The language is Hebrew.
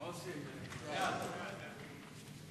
ההצעה להעביר את הנושא לוועדת הפנים והגנת